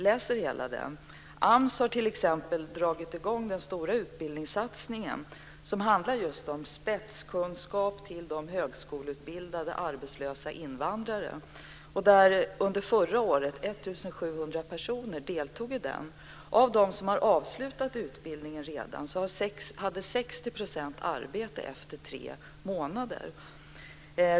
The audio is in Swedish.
AMS har t.ex. dragit i gång en stor utbildningssatsning för spetskunskap till högskoleutbildade arbetslösa invandrare. Under förra året deltog 1 700 personer i denna utbildning. Av dem som redan har avslutat utbildningen hade 60 % arbete efter tre månader.